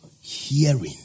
hearing